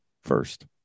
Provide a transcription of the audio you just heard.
first